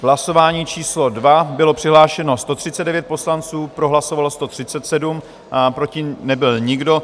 Hlasování číslo 2, bylo přihlášeno 139 poslanců, pro hlasovalo 137, proti nebyl nikdo.